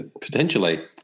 potentially